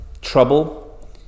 trouble